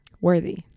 worthy